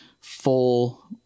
full